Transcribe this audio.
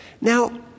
Now